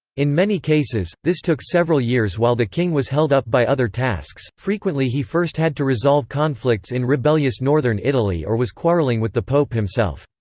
in many cases, this took several years while the king was held up by other tasks frequently he first had to resolve resolve conflicts in rebellious northern italy or was quarreling with the pope himself.